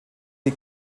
die